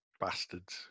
bastards